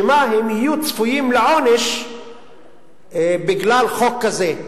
שמא הם יהיו צפויים לעונש בגלל חוק כזה.